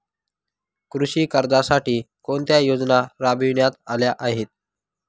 कृषी कर्जासाठी कोणत्या योजना राबविण्यात आल्या आहेत?